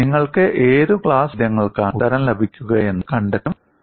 നിങ്ങൾക്ക് ഏത് ക്ലാസ് ചോദ്യങ്ങൾക്കാണ് ഉത്തരം ലഭിക്കുകയെന്ന് കണ്ടെത്താനും ശ്രമിക്കുക